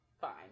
Fine